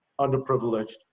underprivileged